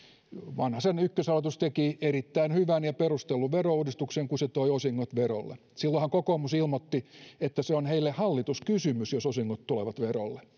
vanhasen ykköshallitus teki erittäin hyvän ja perustellun verouudistuksen kun se toi osingot verolle silloinhan kokoomus ilmoitti että se on heille hallituskysymys jos osingot tulevat verolle